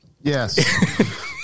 Yes